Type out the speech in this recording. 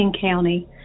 County